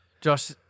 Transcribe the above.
Josh